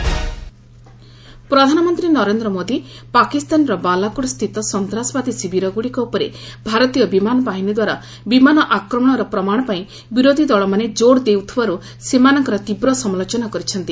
PM greater Noida ପ୍ରଧାନମନ୍ତ୍ରୀ ନରେନ୍ଦ୍ର ମୋଦି ପାକିସ୍ତାନର ବାଲାକୋଟ୍ ସ୍ଥିତ ସନ୍ତାସବାଦୀ ଶିବିରଗ୍ରଡ଼ିକ ଉପରେ ଭାରତୀୟ ବିମାନ ବାହିନୀ ଦ୍ୱାରା ବିମାନ ଆକ୍ରମଣର ପ୍ରମାଣ ପାଇଁ ବିରୋଧୀ ଦଳମାନେ ଜୋର୍ ଦେଉଥିବାରୁ ସେମାନଙ୍କର ତୀବ୍ର ସମାଲୋଚନା କରିଛନ୍ତି